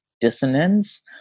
dissonance